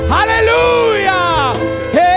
Hallelujah